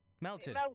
melted